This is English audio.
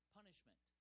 punishment